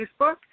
Facebook